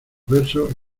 versos